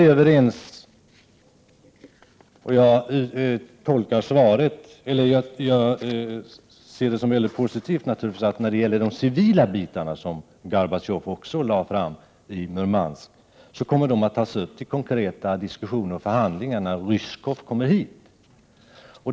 Jag ser det naturligtvis som väldigt positivt att förslaget om de civila delarna, som Gorbatjov också framförde i Murmansk, kommer att tas upp till diskussion och förhandlingar när Ryzjkov kommer hit.